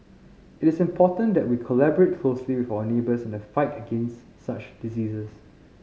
it is important that we collaborate closely with our neighbours in the fight against such diseases